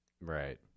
Right